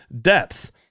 depth